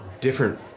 different